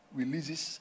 releases